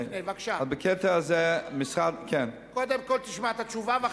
קודם כול תשמע את התשובה.